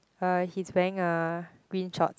uh he's wearing uh green shorts